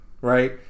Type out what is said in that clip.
right